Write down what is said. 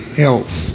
health